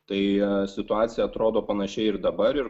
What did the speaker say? tai situacija atrodo panašiai ir dabar ir